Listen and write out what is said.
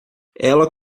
ela